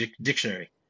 Dictionary